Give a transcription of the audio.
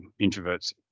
introverts